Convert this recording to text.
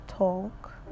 talk